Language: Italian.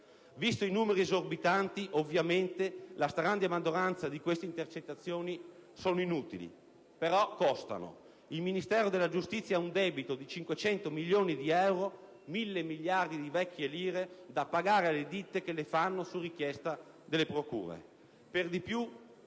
Visti i numeri esorbitanti, ovviamente la stragrande maggioranza di queste intercettazioni è inutile, però costa. Il Ministero della giustizia ha un debito di 500 milioni di euro, mille miliardi di vecchie lire, da pagare alle ditte che le fanno su richiesta delle procure. Per di più,